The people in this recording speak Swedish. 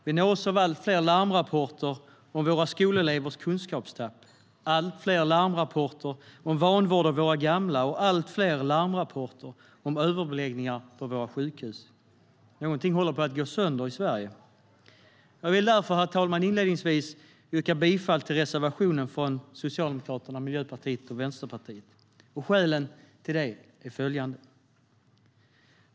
Vi nås av allt fler larmrapporter om våra skolelevers kunskapstapp, allt fler larmrapporter om vanvård av våra gamla och allt fler larmrapporter om överbeläggningar på våra sjukhus. Någonting håller på att gå sönder i Sverige. Jag vill därför, herr talman, inledningsvis yrka bifall till reservationen från Socialdemokraterna, Miljöpartiet och Vänsterpartiet. Skälen till det är följande.